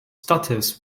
stutters